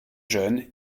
jeune